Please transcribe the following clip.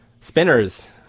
spinners